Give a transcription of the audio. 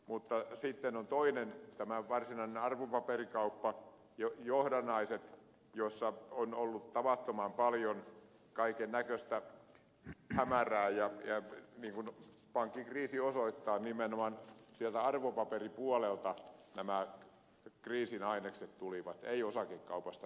mutta sitten on toinen tämä varsinainen arvopaperikauppa johdannaiset jossa on ollut tavattoman paljon kaikennäköistä hämärää ja niin kuin pankkikriisi osoittaa nimenomaan sieltä arvopaperipuolelta nämä kriisin ainekset tulivat eivät osakekaupasta niinkään